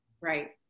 Right